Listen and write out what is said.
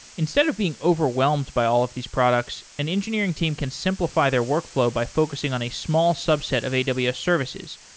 instead of being overwhelmed by all of these products, an engineering team can simplify their workflow by focusing on a small subset of aws ah services,